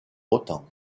autant